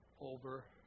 over